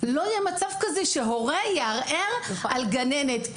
לא יהיה מצב כזה שהורה יערער על גננת,